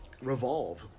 revolve